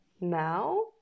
now